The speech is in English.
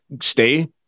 stay